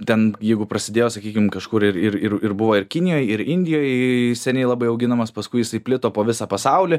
ten jeigu prasidėjo sakykim kažkur ir ir ir ir buvo ir kinijoj ir indijoj seniai labai auginamas paskui jisai plito po visą pasaulį